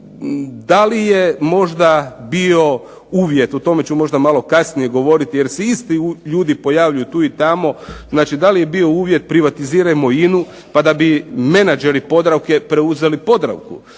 Da li je možda bio uvjet, o tome ću možda malo kasnije govoriti jer se isti ljudi pojavljuju tu i tamo, znači da li je bio uvjet privatizirajmo INA-u pa da bi menadžeri Podravke preuzeli Podravku,